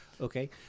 okay